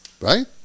right